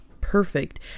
perfect